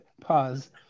Pause